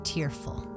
Tearful